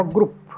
Group